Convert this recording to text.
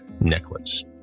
necklace